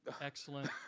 excellent